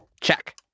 Check